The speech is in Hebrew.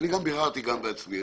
ואני ביררתי גם בעצמי.